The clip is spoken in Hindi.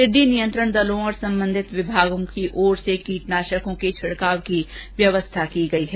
टिड्डी नियंत्रण दलों और संबंधित विभागों की ओर से कीटनाशकों के छिड़काव की व्यवस्था की गई है